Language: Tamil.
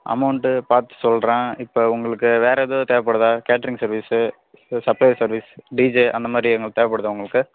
அமௌண்ட்டு பார்த்து சொல்கிறேன் இப்போ உங்களுக்கு வேறு எதுவும் தேவைப்படுதா கேட்ரிங் சர்வீஸு சு சப்ளையர் சர்வீஸ் டிஜே அந்தமாதிரி எதுவும் தேவைப்படுதா உங்களுக்கு